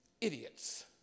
idiots